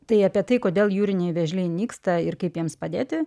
tai apie tai kodėl jūriniai vėžliai nyksta ir kaip jiems padėti